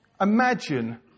Imagine